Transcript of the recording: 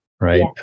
right